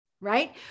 Right